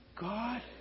God